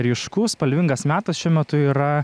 ryškus spalvingas metas šiuo metu yra